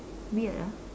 weird ah